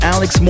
Alex